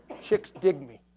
chicks dig me.